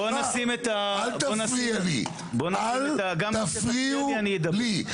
--- אל תפריע לי, אל תפריעו לי.